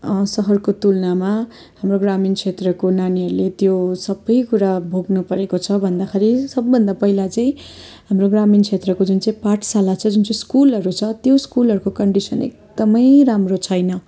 सहरको तुलनामा हाम्रो ग्रामीण क्षेत्रको नानीहरूले त्यो सबै कुरा भोग्नुपरेको छ भन्दाखेरि सबभन्दा पहिला चाहिँ हाम्रो ग्रामीण क्षेत्रको जुन चाहिँ पाठशाला छ जुन चाहिँ स्कुलहरू छ त्यो स्कुलहरूको कन्डिसन एकदमै राम्रो छैन